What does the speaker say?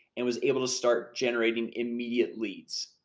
and was able to start generating immediate leads.